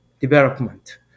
development